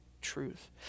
truth